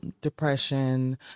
depression